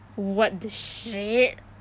what the shit